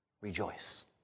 rejoice